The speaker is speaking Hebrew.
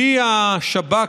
כלי השב"כ,